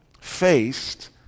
faced